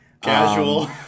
casual